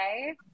okay